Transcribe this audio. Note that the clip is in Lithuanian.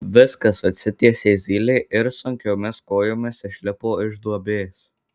viskas atsitiesė zylė ir sunkiomis kojomis išlipo iš duobės